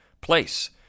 place